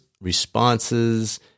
responses